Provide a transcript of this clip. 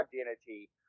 identity